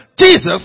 Jesus